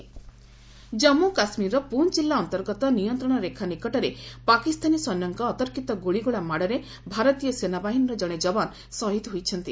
JK ଯବାନ martyr Jammu କାଶ୍ମୀରର ପୁଞ୍ଚ ଜିଲ୍ଲା ଅନ୍ତର୍ଗତ ନିୟନ୍ତ୍ରଣ ରେଖା ନିକଟରେ ପାକିସ୍ତାନୀ ସୈନ୍ୟଙ୍କ ଅତର୍କିତ ଗ୍ରଳିଗୋଳା ମାଡ଼ରେ ଭାରତୀୟ ସେନା ବାହିନୀର ଜଣେ ଯବାନ୍ ଶହୀଦ୍ ହୋଇଛନ୍ତି